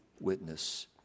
witness